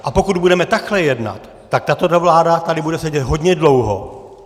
A pokud budeme takhle jednat, tak tato vláda tady bude sedět hodně dlouho.